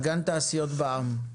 אגן תעשיות בע"מ.